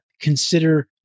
consider